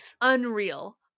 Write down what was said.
unreal